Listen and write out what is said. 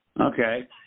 Okay